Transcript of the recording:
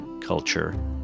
culture